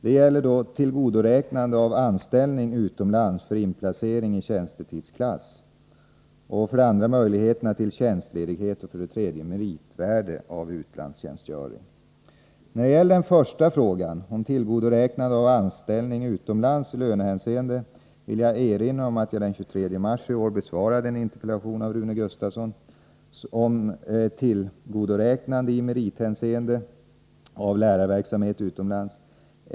Det gäller tillgodoräknande av anställning utomlands för inplaceringi tjänstetidsklass, möjligheterna till tjänstledighet och meritvärde av utlandstjänstgöring. ; När det först gäller frågan om tillgodoräknande av anställning utomlands i lönehänseende vill jag erinra om att jag den 23 mars i år besvarade en interpellation av Rune Gustavsson om tillgodoräknande i merithänseende av lärarverksamhet utomlands.